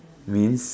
means